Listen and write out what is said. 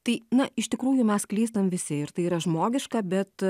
tai na iš tikrųjų mes klystam visi ir tai yra žmogiška bet